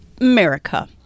America